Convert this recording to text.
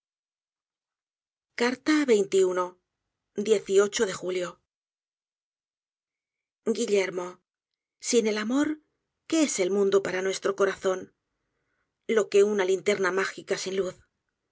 libertad de julio guillermo sin el amor qué es el mundo para nuestro corazón lo que una linterna mágica sin luz